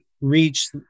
reach